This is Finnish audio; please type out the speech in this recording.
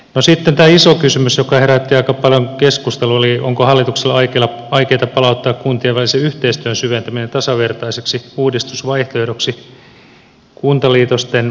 no sitten tämä iso kysymys joka herätti aika paljon keskustelua oli onko hallituksella aikeita palauttaa kuntien välisen yhteistyön syventäminen tasavertaiseksi uudistusvaihtoehdoksi kuntaliitosten rinnalle